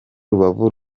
rubavu